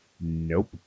Nope